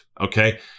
okay